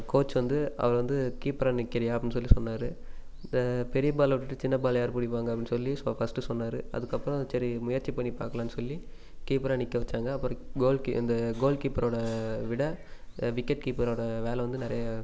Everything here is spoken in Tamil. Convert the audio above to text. கோச் வந்து அவரை வந்து கீப்பராக நிற்கிறியா அப்படின்னு சொல்லி சொன்னார் இந்த பெரிய பாலை விட்டுட்டு சின்ன பாலை யார் பிடிப்பாங்க அப்படின் சொல்லி ஸோ ஃபர்ஸ்ட்டு சொன்னார் அதுக்கப்புறம் சரி முயற்சி பண்ணி பார்க்கலான்னு சொல்லி கீப்பராக நிற்க வச்சாங்க அப்புறம் கோல் கீ இந்த கோல் கீப்பரோட விட விக்கெட் கீப்பரோட வேலை வந்து நிறைய